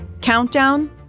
Countdown